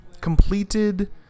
Completed